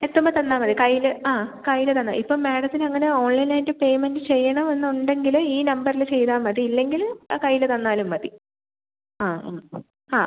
എത്തുമ്പോൾ തന്നാൽ മതി കയ്യിൽ ആ കയ്യിൽ തന്നൊ ഇപ്പം മേഡത്തിന് അങ്ങനെ ഓൺലൈനായിട്ട് പേയ്മെൻറ്റ് ചെയ്യണം എന്നുണ്ടെങ്കിൽ ഈ നമ്പരിൽ ചെയ്താൽ മതി ഇല്ലെങ്കിൽ ആ കയ്യിൽ തന്നാലും മതി ആ ഹാ